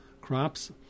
crops